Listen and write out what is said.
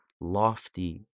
lofty